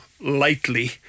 lightly